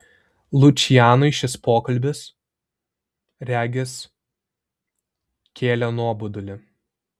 lučianui šis pokalbis regis kėlė nuobodulį